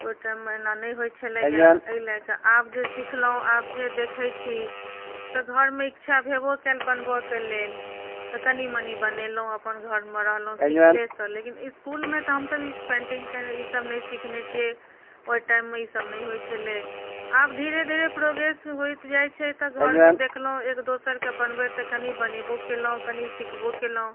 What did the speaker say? ओहि टाइममे एना नहि होइत छलैया एहि लऽ कऽ आब जे सिखलहुँ आब जे देखैत छी तऽ घरमे इच्छा होय बो कयल बनबऽ कऽ लेल तऽ कनि मनि बनेलहुँ अपन घरमे रहलहुँ सिखलेसँ लेकिन इसकुलमे तऽ हमसभ ई पेन्टिङ्ग तैँ ई सभ नहि सिखने छियै ओहि टाइममे ई सभ नहि होइत छलै आब धीरे धीरे प्रोगेस होइत जाइत छै तऽ घरमे देखलहुँ एक दोसरके बनबैत तऽ कनि बनेबो केलहुँ कनि सिखबो केलहुँ